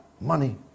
money